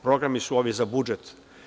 Programi su ovi za budžet.